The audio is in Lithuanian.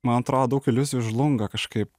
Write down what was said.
man atrodo daug iliuzijų žlunga kažkaip